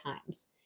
times